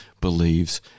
believes